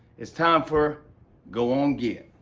it's time for go on, git.